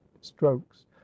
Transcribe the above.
strokes